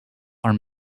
are